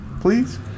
Please